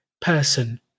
person